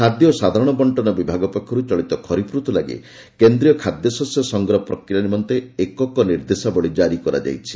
ଖାଦ୍ୟ ଓ ସାଧାରଣ ବଣ୍ଟନ ବିଭାଗ ପକ୍ଷରୁ ଚଳିତ ଖରିଫ୍ ଋତୁ ଲାଗି କେନ୍ଦ୍ରୀୟ ଖାଦ୍ୟଶସ୍ୟ ସଂଗ୍ରହ ପ୍ରକ୍ରିୟା ନିମନ୍ତେ ଏକକ ନିର୍ଦ୍ଦେଶାବଳୀ ଜାରି କରାଯାଇଛି